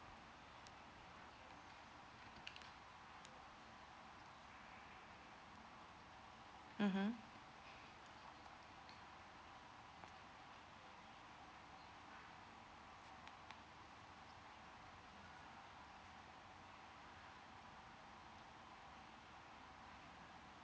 mmhmm